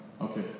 Okay